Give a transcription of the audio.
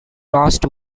lost